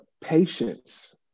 patience